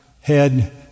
head